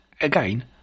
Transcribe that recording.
Again